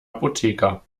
apotheker